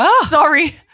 Sorry